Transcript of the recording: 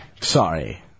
Sorry